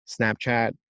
Snapchat